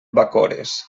bacores